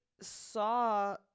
saw